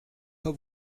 pas